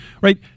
right